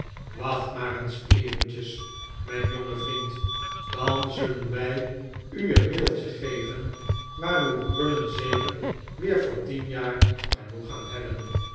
wacht maar eens eventjes mijn jonge vriend dan zullen wij u een middeltje geven waar uw krullen zeker weer voor tien jaar genoeg aan hebben